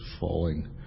falling